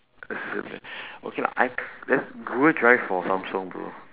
okay lah I there's google drive for samsung bro